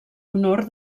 honor